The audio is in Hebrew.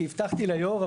כי הבטחתי ליו"ר,